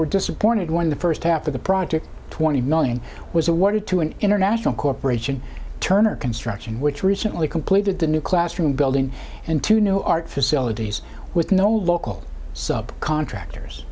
were disappointed when the first half of the project twenty million was awarded to an international corporation turner construction which recently completed the new classroom building and two new art facilities with no local contractors